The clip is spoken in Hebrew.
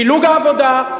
פילוג העבודה,